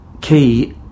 key